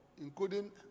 including